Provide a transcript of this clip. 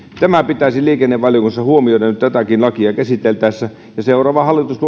tämä pitäisi liikennevaliokunnassa huomioida nyt tätäkin lakia käsiteltäessä ja kun seuraava hallitus